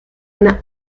eine